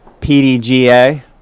pdga